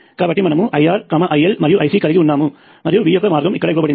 కాబట్టి మనము IRIL మరియు IC కలిగి ఉన్నాము మరియు V యొక్క మార్గం ఇక్కడ ఇవ్వబడింది